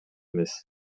эмес